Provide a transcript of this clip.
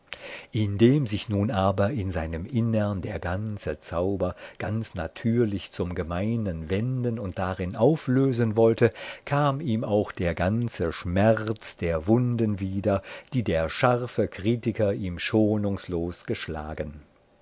indem sich nun aber in seinem innern der ganze zauber ganz natürlich zum gemeinen wenden und darin auflösen wollte kam ihm auch der ganze schmerz der wunden wieder die der scharfe kritiker ihm schonungslos geschlagen